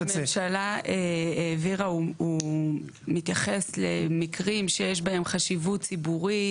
הנוסח שהממשלה העבירה מתייחס למקרים שיש בהם חשיבות ציבורית,